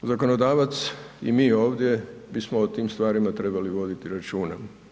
Zakonodavac i mi ovdje bismo o tim stvarima trebali voditi računa.